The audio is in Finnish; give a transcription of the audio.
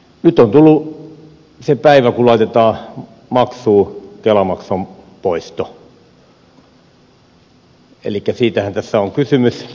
nyt on tullut se päivä kun laitetaan maksuun kelamaksun poisto siitähän tässä on kysymys